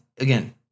again